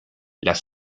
las